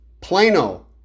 Plano